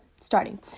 starting